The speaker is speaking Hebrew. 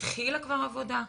התחילה כבר עבודה,